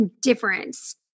difference